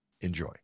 Enjoy